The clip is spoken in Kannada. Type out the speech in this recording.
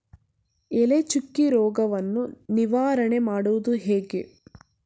ಎಲೆ ಚುಕ್ಕಿ ರೋಗವನ್ನು ನಿವಾರಣೆ ಮಾಡುವುದು ಹೇಗೆ?